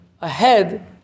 ahead